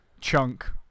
Chunk